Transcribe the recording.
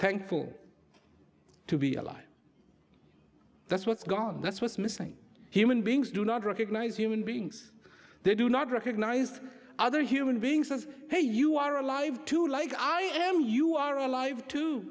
thankful to be alive that's what's gone that's what's missing here when beings do not recognize human beings they do not recognize other human beings as hey you are alive too like i am you are alive to